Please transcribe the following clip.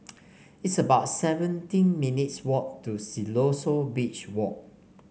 it's about seventeen minutes' walk to Siloso Beach Walk